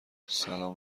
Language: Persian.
سلام